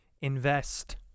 invest